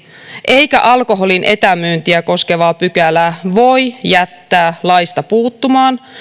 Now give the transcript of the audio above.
eikä alkoholin etämyyntiä koskevaa pykälää voi jättää laista puuttumaan